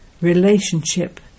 relationship